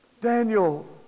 Daniel